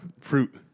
fruit